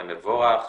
מבורך